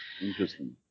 interesting